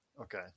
Okay